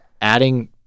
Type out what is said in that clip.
adding—